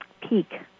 peak